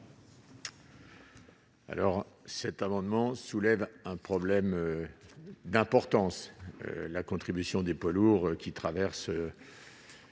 Alors cet amendement soulève un problème d'importance : la contribution des poids lourds qui traversent.